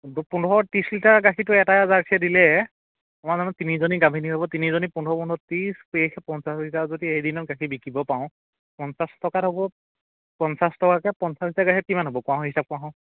পোন্ধৰ ত্ৰিছ লিটাৰ গাখীৰটো এটা জাৰ্চিয়ে দিলে আমাৰ জানো তিনিজনী গাভিনী হ'ব তিনিজনী পোন্ধৰ পোন্ধৰ ত্ৰিছ পেইষ পঞ্চাছ লিটাৰ যদি এদিনত গাখীৰ বিকিব পাৰোঁ পঞ্চাছ টকাত হ'ব পঞ্চাছ টকাকৈ পঞ্চাছ লিটাৰ গাখীৰত কিমান হ'ব কোৱাচোন হিচাপ এটা কৰাচোন